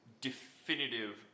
definitive